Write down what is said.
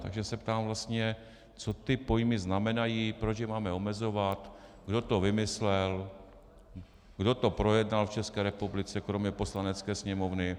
Takže se ptám vlastně, co ty pojmy znamenají, proč je máme omezovat, kdo to vymyslel, kdo to projednal v České republice kromě Poslanecké sněmovny.